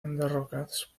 enderrocats